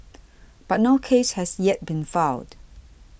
but no case has yet been filed